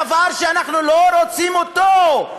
דבר שאנחנו לא רוצים אותו.